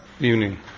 Evening